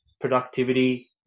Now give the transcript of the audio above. productivity